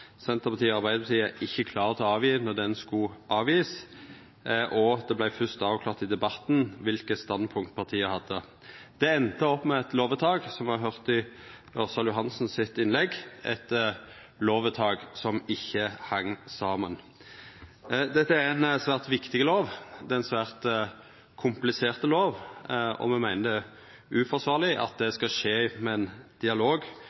Senterpartiet og Arbeidarpartiet var ikkje klare til å leggja fram innstillinga då ho skulle verta lagd fram, og det vart først avklart i debatten kva for standpunkt partia hadde. Det enda opp med eit lovvedtak, og som ein høyrde i Ørsal Johansens innlegg: eit lovvedtak som ikkje hang saman. Dette er ein svært viktig lov, det er ein svært komplisert lov, og me meiner det er uforsvarleg at det skal skje ved ein dialog